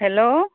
hello